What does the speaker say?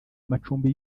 macumbi